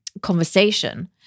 conversation